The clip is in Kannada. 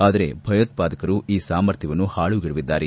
ಆದರೆ ಭಯೋತ್ಪಾದಕರು ಈ ಸಾಮರ್ಥ್ಲವನ್ನು ಹಾಳುಗೆಡವಿದ್ದಾರೆ